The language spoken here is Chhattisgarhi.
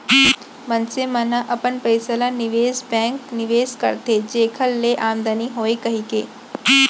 मनसे मन ह अपन पइसा ल निवेस बेंक निवेस करथे जेखर ले आमदानी होवय कहिके